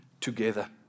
together